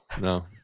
no